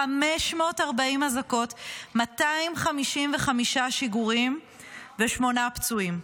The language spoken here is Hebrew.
540 אזעקות, 255 שיגורים ושמונה פצועים.